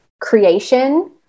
creation